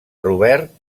robert